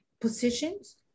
positions